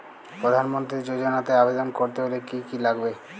প্রধান মন্ত্রী যোজনাতে আবেদন করতে হলে কি কী লাগবে?